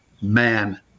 man